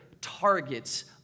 targets